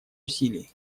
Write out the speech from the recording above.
усилий